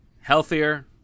Healthier